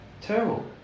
terrible